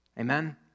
Amen